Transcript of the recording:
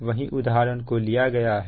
वही उदाहरण को लिया गया है